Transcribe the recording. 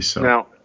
Now